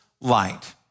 light